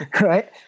right